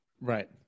Right